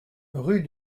rue